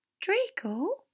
Draco